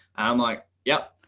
i'm like, yep,